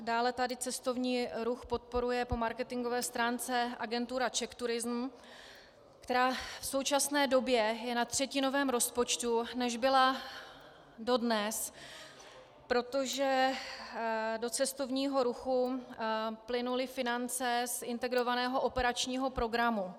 Dále tady cestovní ruch podporuje po marketingové stránce agentura CzechTourism, která v současné době je na třetinovém rozpočtu, než byla dodnes, protože do cestovního ruchu plynuly finance z Integrovaného operačního programu.